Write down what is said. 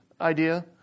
idea